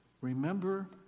Remember